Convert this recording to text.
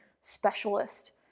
specialist